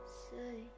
say